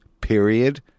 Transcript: Period